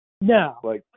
No